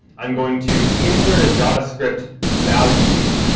i'm going to insert a javascript value here.